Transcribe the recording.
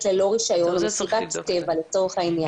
עסק שללא רישיון, מסיבת טבע לצורך העניין.